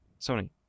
Sony